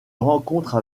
rencontre